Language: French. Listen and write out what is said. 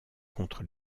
contre